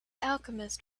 alchemist